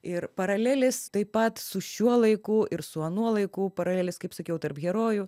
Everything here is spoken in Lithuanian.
ir paralelės taip pat su šiuo laiku ir su anuo laiku paralelės kaip sakiau tarp herojų